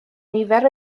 nifer